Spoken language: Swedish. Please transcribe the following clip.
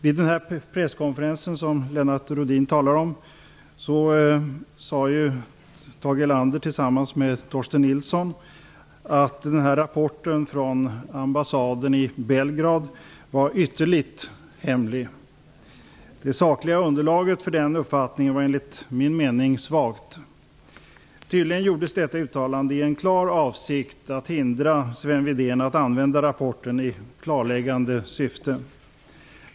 Vid presskonferensen som Lennart Rohdin talar om sade ju Tage Erlander tillsammans med Torsten Nilsson att rapporten från ambassaden i Belgrad var ytterligt hemlig. Det sakliga underlaget för den uppfattningen var enligt min mening svagt. Tydligen gjordes detta uttalande i en klar avsikt att hindra Sven Wedén från att använda rapporten i klarläggande syfte.